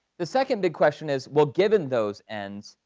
the second big question is, well, given those ends,